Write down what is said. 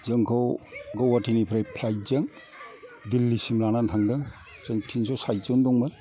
जोंखौ गुवाहाथिनिफ्राय फ्लाइतजों दिल्लिसिम लानानै थांदों जों थिनस' साइदजोन दंमोन